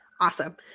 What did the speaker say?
Awesome